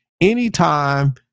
Anytime